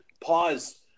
pause